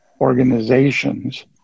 organizations